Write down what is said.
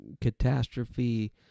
catastrophe